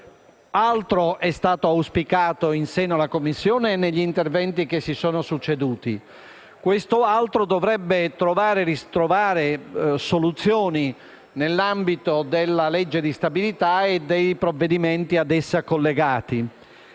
Altro è stato auspicato in seno alla Commissione e negli interventi che si sono succeduti. Questo «altro» dovrebbe trovare soluzioni nell'ambito della legge di stabilità e dei provvedimenti ad essa collegati: